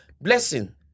Blessing